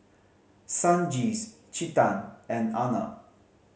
Sanjeev Chetan and Arnab